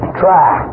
try